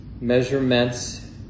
Measurements